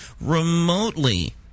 remotely